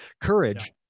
Courage